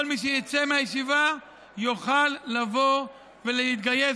כל מי שיצא מהישיבה יוכל לבוא ולהתגייס